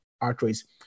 arteries